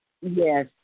Yes